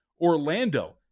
Orlando